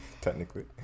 technically